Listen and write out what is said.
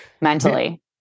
mentally